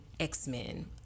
X-Men